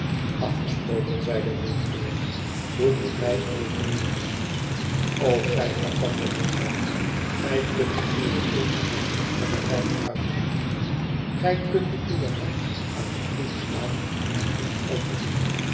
afgesproken zeide woodcourt doe met mij eveneens o gij hervatte richard gij kunt uwe kunst met liefhebberij uitoefenen gij kunt uwe hand aan den ploeg slaan en niet omzien